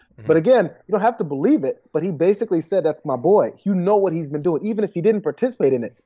but again, you don't have to believe it. but he basically said that's my boy. you know what he's been doing. even if you didn't participate in it,